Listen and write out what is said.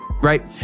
Right